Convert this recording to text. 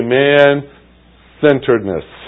man-centeredness